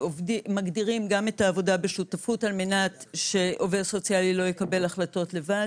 מגדירים גם את העבודה בשותפות על מנת שעובד סוציאלי לא יקבל החלטות לבד